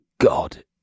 God